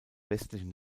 westlichen